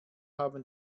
haben